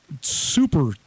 super